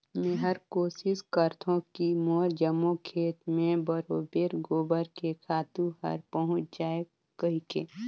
मेहर कोसिस करथों की मोर जम्मो खेत मे बरोबेर गोबर के खातू हर पहुँच जाय कहिके